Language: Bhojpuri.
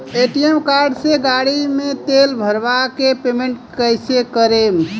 ए.टी.एम कार्ड से गाड़ी मे तेल भरवा के पेमेंट कैसे करेम?